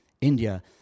India